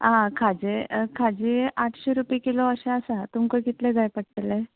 आ खाजें खाजें आठशीं रुपया किलो अशें आसा तुमकां कितलें जाय पडटलें